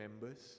members